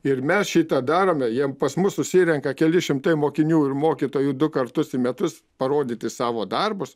ir mes šitą darome jiem pas mus susirenka keli šimtai mokinių ir mokytojų du kartus į metus parodyti savo darbus